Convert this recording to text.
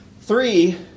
Three